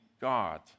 God